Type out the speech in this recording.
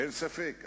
אין ספק.